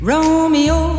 Romeo